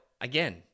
again